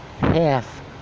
half